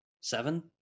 Seven